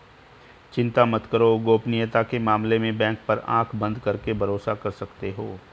चिंता मत करो, गोपनीयता के मामले में बैंक पर आँख बंद करके भरोसा कर सकते हो